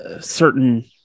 certain